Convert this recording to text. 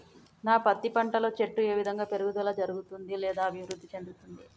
నా పత్తి పంట లో చెట్టు ఏ విధంగా పెరుగుదల జరుగుతుంది లేదా అభివృద్ధి చెందుతుంది?